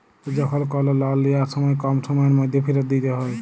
যখল কল লল লিয়ার সময় কম সময়ের ম্যধে ফিরত দিইতে হ্যয়